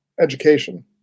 education